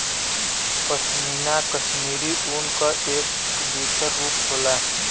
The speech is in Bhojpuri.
पशमीना कशमीरी ऊन क एक दूसर रूप होला